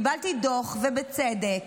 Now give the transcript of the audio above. קיבלתי דוח, ובצדק.